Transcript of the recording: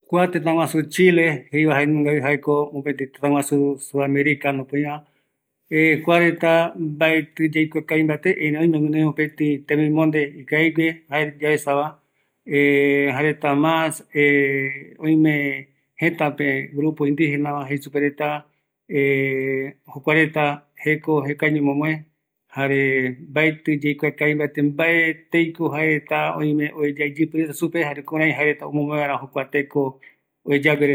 Kua teta chile, jaeretako yaesa jemïmbonde reta ikavi, jaeretako oime aipo kïraï oesauka reta, mbaeko jekuaeño oesauka iyïpɨ reta jeko